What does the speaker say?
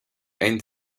and